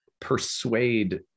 persuade